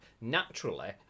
Naturally